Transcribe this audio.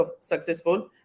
successful